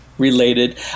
Related